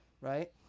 right